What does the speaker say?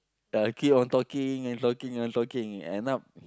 uh keep on talking talking and talking end up